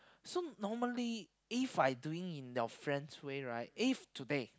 so normally If I doing in your friend's way right if today